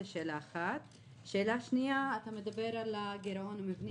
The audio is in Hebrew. דבר שני: אתה מדבר על הגירעון המבני